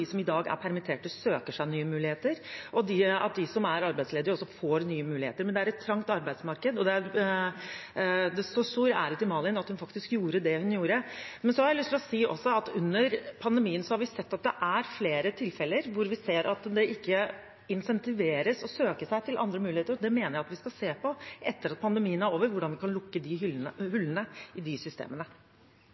som i dag er permittert, søker nye muligheter, og at de som er arbeidsledige, også får nye muligheter, men det er et trangt arbeidsmarked, så all ære til Malin for at hun faktisk gjorde det hun gjorde. Jeg har også lyst til å si at under pandemien har vi sett flere tilfeller hvor det ikke gis insentiver til å søke seg til andre muligheter. Det mener jeg at vi skal se på etter at pandemien er over, hvordan vi kan lukke disse hullene i systemene.